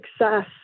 success